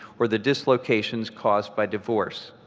or the dislocations caused by divorce.